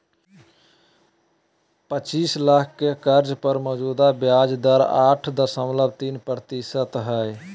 पचीस लाख के कर्ज पर मौजूदा ब्याज दर आठ दशमलब तीन प्रतिशत हइ